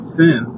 sin